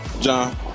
John